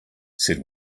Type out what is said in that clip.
said